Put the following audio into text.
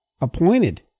appointed